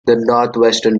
northwestern